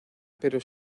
pero